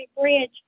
Bridge